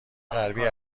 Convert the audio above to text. غربی